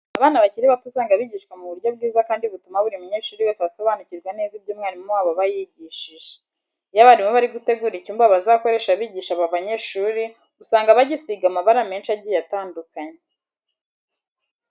Abana bakiri bato usanga bigishwa mu buryo bwiza kandi butuma buri munyeshuri wese asobanukirwa neza ibyo umwarimu wabo aba yabigishije. Iyo abarimu bari gutegura icyumba bazakoresha bigisha aba bayeshuri usanga bagisiga amabara menshi agiye atandukanye.